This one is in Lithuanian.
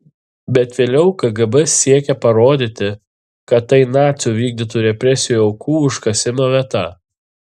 bet vėliau kgb siekė parodyti kad tai nacių vykdytų represijų aukų užkasimo vieta